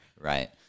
Right